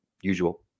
usual